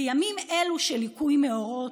בימים אלו של ליקוי מאורות,